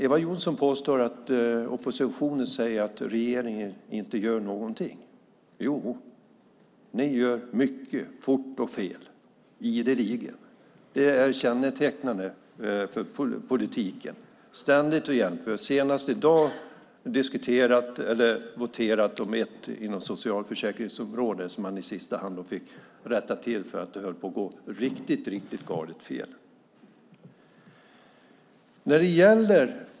Eva Johnsson påstår att oppositionen säger att regeringen inte gör någonting. Jo, ni gör mycket - fort, fel och ideligen. Det är kännetecknande för er politik, ständigt och jämt. Senast i dag kan man notera det inom socialförsäkringsområdet. Man fick i sista stund rätta till det för att det höll på att gå riktigt galet.